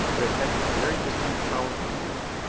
but it has a very distinct power of movement,